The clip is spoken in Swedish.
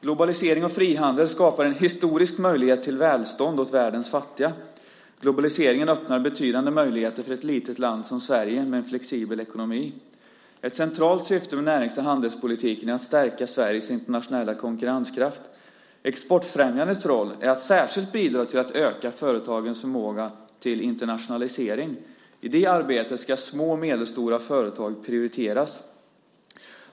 Globalisering och frihandel skapar en historisk möjlighet till välstånd åt världens fattiga. Globaliseringen öppnar betydande möjligheter för ett litet land som Sverige med en flexibel ekonomi. Ett centralt syfte med närings och handelspolitiken är att stärka Sveriges internationella konkurrenskraft. Exportfrämjandets roll är att särskilt bidra till att öka företagens förmåga till internationalisering. I det arbetet ska små och medelstora företag prioriteras.